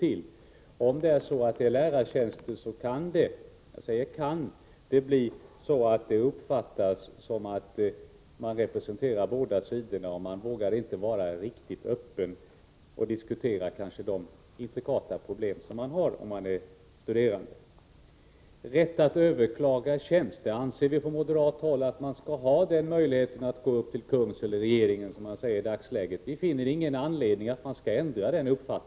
Den som sitter på en lärartjänst kan uppfattas som att han eller hon så att säga representerar båda sidorna, och de studerande vågar inte vara helt öppna och diskutera intrikata problem. Vi moderater anser att möjligheten att överklaga tjänstetillsättning hos regeringen skall finnas kvar. Vi finner ingen anledning att ändra på det.